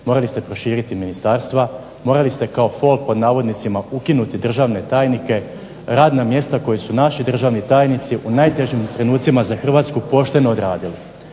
morali ste proširiti ministarstva, morali ste kao fol pod navodnicima ukinuti državne tajnike, radna mjesta koja su naši državni tajnici u najtežim trenucima za Hrvatsku pošteno odradili.